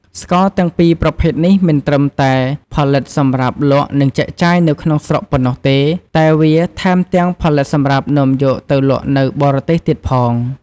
ស្ករទាំងពីរប្រភេទនេះមិនតឹមតែផលិតសម្រាប់លក់និងចែកចាយនៅក្នុងស្រុកប៉ុណ្ណោះទេ តែវាថែមទាំងផលិតសម្រាប់នាំយកទៅលក់នៅបរទេសទៀតផង។